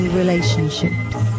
relationships